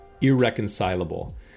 irreconcilable